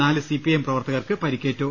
നാലു C P I M പ്രവർത്തകർക്ക് പരിക്കേറ്റു